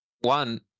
one